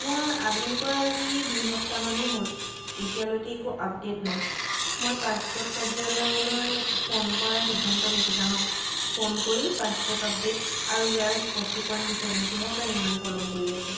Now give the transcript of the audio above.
মোৰ আবেদন কৰা আজি দুই সপ্তাহমানেই হ'ল এতিয়ালৈকে একো আপডেট নাই মই পাছপৰ্ট কাৰ্যালয়লৈ ফোন কৰাৰ সিদ্ধান্ত লৈছোঁ জান' ফোন কৰি পাছপৰ্ট আপডেট আৰু ইয়াৰ স্পষ্টিকৰণ বিচাৰিম কিহৰ কাৰণে ইমান পলম কৰি আছে